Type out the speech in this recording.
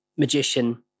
magician